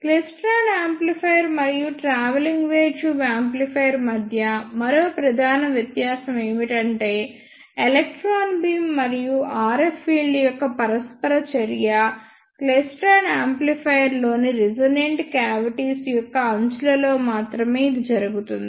klystron amplifier మరియు travelling wave tube amplifier మధ్య మరో ప్రధాన వ్యత్యాసం ఏమిటంటే ఎలక్ట్రాన్ బీమ్ మరియు RF ఫీల్డ్ యొక్క పరస్పర చర్య క్లైస్ట్రాన్ యాంప్లిఫైయర్లోని రెసోనెంట్ కావిటీస్ యొక్క అంచులలో మాత్రమే ఇది జరుగుతుంది